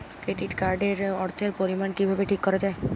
Credit card এর অর্থের পরিমান কিভাবে ঠিক করা হয়?